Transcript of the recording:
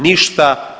Ništa.